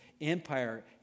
empire